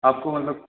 आपको मतलब